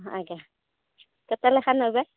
ଆଜ୍ଞା କେତେ ଲେଖା ନେବେ